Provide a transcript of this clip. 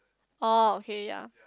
oh okay ya